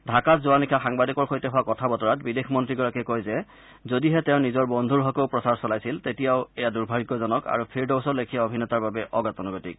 ঢাকাত যোৱা নিশা সাংবাদিকৰ সৈতে হোৱা কথা বতৰাত বিদেশ মন্ত্ৰীগৰাকীয়ে কয় যে যদিহে তেওঁ নিজৰ বন্ধুৰ হকেও প্ৰচাৰ চলাইছিল তেতিয়াও এয়া দুৰ্ভাগ্যজনক আৰু ফিৰডোছৰ লেখীয়া অভিনেতাৰ বাবে অগতানুগতিক